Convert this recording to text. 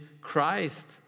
Christ